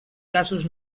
gasos